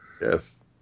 Yes